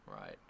right